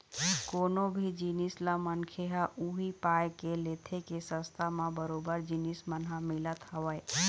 कोनो भी जिनिस ल मनखे ह उही पाय के लेथे के सस्ता म बरोबर जिनिस मन ह मिलत हवय